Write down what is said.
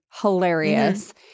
hilarious